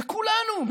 וכולנו,